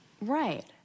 Right